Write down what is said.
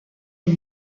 est